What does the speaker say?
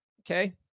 okay